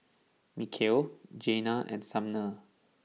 Mikal Janiah and Sumner